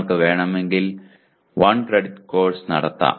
നിങ്ങൾക്ക് വേണമെങ്കിൽ 1 ക്രെഡിറ്റ് കോഴ്സും നടത്താം